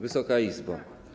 Wysoka Izbo!